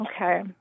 Okay